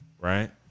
right